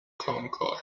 کامکار